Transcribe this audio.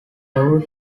every